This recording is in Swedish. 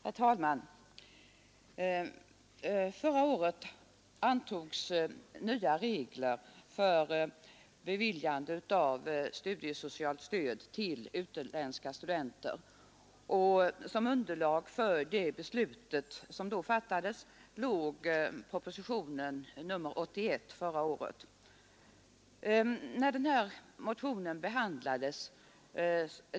Herr talman! Förra året antogs nya regler för beviljande av studiesocialt stöd till utländska studenter, och som underlag för det beslut som då fattades låg propositionen 81 år 1971.